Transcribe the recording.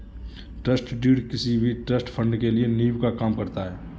trust deed किसी भी trust fund के लिए नीव का काम करता है